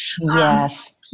Yes